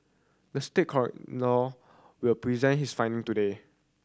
the state coroner will present his finding today